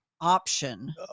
option